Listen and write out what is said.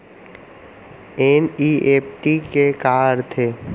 NEFT के का अर्थ है?